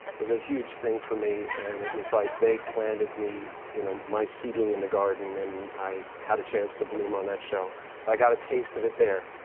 was a huge thing for me and it was like they planted me, you know, my seedling in the garden and i had a chance to bloom on that show. so i got a taste of it there.